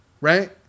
right